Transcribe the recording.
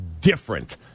different